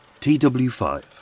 TW5